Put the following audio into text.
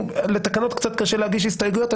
לתקנות קצת קשה להגיש הסתייגויות.